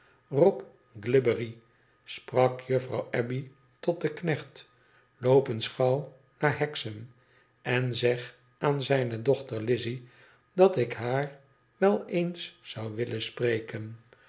rob glibbery sprak juffrouw abbey tot den knecht loop eens gauw naar hexam en zeg aan zijne dochter lize dat ik haar wel eens zou willen spreken